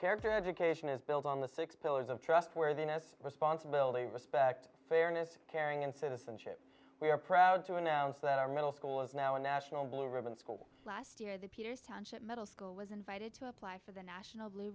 character education is built on the six pillars of trustworthiness responsibility respect fairness caring and citizenship we are proud to announce that our middle school is now a national blue ribbon school last year the township middle school was invited to apply for the national blue